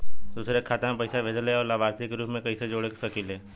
दूसरे के खाता में पइसा भेजेला और लभार्थी के रूप में कइसे जोड़ सकिले?